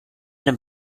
dem